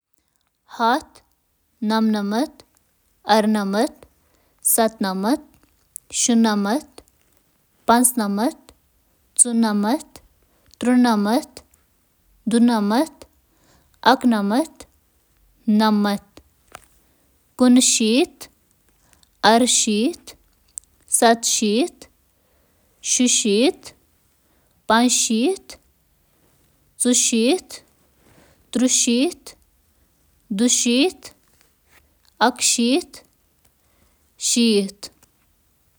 صفر، اکھ، زٕ، ترٛےٚ، ژور، پانٛژھ، شیٚہ سَت، ٲٹھ، نَو، دَہ۔